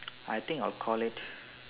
I think I'll call it